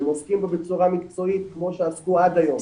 והם עוסקים בו בצורה מקצועית כמו שעסקו בו עד היום.